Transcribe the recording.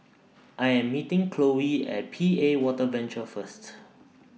I Am meeting Chloe At P A Water Venture First